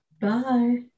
Bye